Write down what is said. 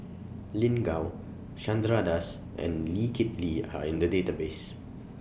Lin Gao Chandra Das and Lee Kip Lee Are in The Database